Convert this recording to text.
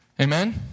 Amen